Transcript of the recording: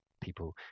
people